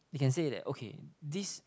they can say that okay this